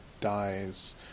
dies